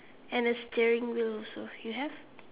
and a steering wheel also you have